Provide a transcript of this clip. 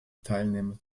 teilnehmer